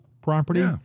property